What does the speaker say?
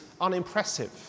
unimpressive